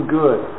good